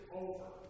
over